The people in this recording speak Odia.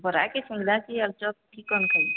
ବରା କି ସିଙ୍ଗଡ଼ା କି ଆଳୁଚପ କ'ଣ ଖାଇବେ